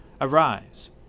Arise